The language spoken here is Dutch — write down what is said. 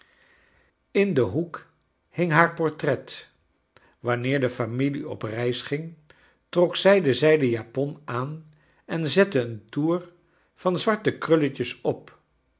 in den hoek hing haar port ret wanneer de familie op reis ging trok zij de zij den jap on aan en zette een toer van zwarte krulletjes op